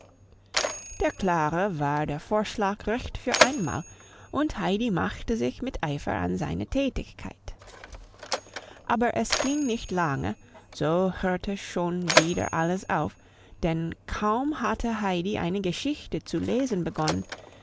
der klara war der vorschlag recht für einmal und heidi machte sich mit eifer an seine tätigkeit aber es ging nicht lange so hörte schon wieder alles auf denn kaum hatte heidi eine geschichte zu lesen begonnen